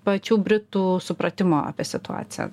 pačių britų supratimo apie situaciją